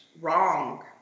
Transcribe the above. wrong